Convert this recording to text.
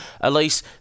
Elise